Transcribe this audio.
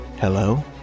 hello